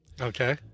Okay